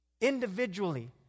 individually